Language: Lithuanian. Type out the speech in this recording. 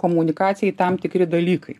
komunikacijai tam tikri dalykai